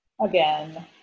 again